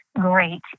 great